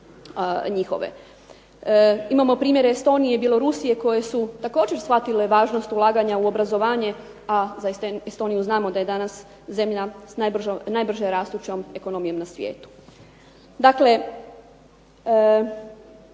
Imamo primjere Estonije i Bjelorusije koje su također shvatile važnost ulaganja u obrazovanje, a za Estoniju znamo da je danas zemlja s najbrže rastućom ekonomijom na svijetu. Dakle,